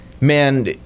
man